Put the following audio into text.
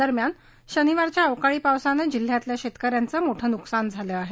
दरम्यान शनिवारच्या अवकाळी पावसाने जिल्हयातील शेतकऱ्यांचे मोठे नुकसान झाले आहे